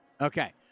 Okay